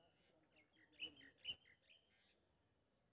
राय के खेती मे दोसर खेती के लेल कोन अच्छा फसल लगवाक चाहिँ?